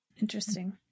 Interesting